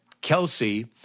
Kelsey